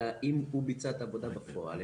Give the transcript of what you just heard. אלא אם הוא ביצע את העובדה בפועל,